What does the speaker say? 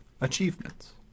achievements